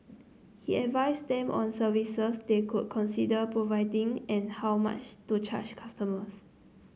he advised them on services they could consider providing and how much to charge customers